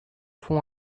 fond